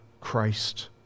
Christ